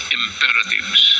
imperatives